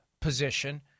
position